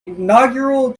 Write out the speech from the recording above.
inaugural